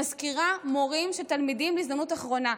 מזכירה: מורים של תלמידים בהזדמנות אחרונה.